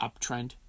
uptrend